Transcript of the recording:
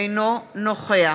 אינו נוכח